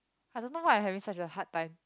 I don't know why I having such a hard time